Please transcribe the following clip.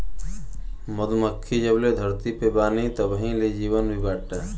मधुमक्खी जबले धरती पे बानी तबही ले जीवन भी बाटे